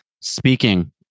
speaking